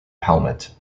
pelmet